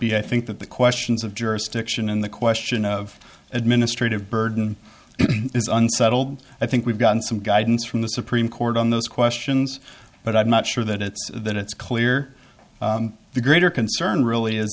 be i think that the questions of jurisdiction and the question of administrative burden is unsettled i think we've gotten some guidance from the supreme court on those questions but i'm not sure that it's that it's clear the greater concern